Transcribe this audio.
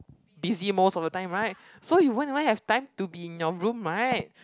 busy most of the time right so you won't even have time to be in your room right